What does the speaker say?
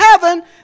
heaven